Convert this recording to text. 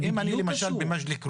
זה בדיוק קשור.